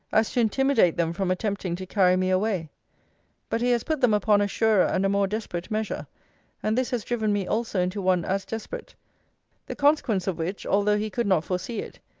as to intimidate them from attempting to carry me away but he has put them upon a surer and a more desperate measure and this has driven me also into one as desperate the consequence of which, although he could not foresee it,